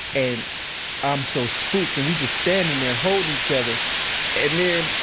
and i'm so spooked and we just standing there holdin' each other and then,